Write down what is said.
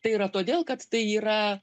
tai yra todėl kad tai yra